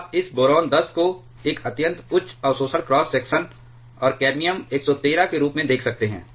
आप इस बोरॉन 10 को एक अत्यंत उच्च अवशोषण क्रॉस सेक्शन और कैडमियम 113 के रूप में देख सकते हैं